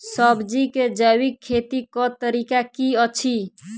सब्जी केँ जैविक खेती कऽ तरीका की अछि?